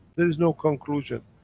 there is no conclusion.